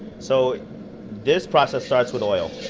so this process starts with oil,